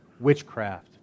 witchcraft